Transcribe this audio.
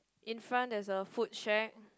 in front there's a food shack